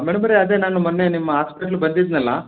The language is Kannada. ಮೇಡಮವ್ರೆ ಅದೇ ನಾನು ಮೊನ್ನೆ ನಿಮ್ಮ ಆಸ್ಪಿಟ್ಲಿಗೆ ಬಂದಿದ್ದೆನಲ್ಲ